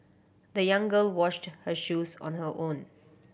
the young girl washed her shoes on her own